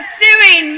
suing